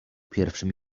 pierwszym